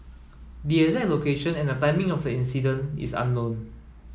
the exact location and the timing of the incident is unknown